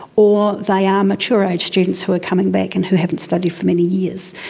or they are mature-aged students who are coming back and who haven't studied for many years.